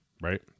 right